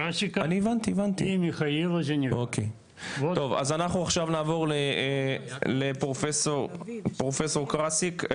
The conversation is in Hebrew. אז אנחנו עכשיו נעבור לפרופסור קארסיק.